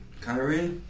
Kyrie